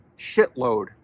shitload